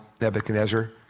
Nebuchadnezzar